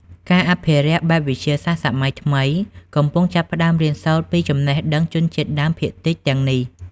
ការអភិរក្សបែបវិទ្យាសាស្ត្រសម័យថ្មី កំពុងចាប់ផ្តើមរៀនសូត្រពីចំណេះដឹងជនជាតិដើមភាគតិចទាំងនេះ។